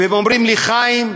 והם אומרים לי: חיים,